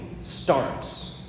starts